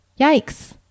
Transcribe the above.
Yikes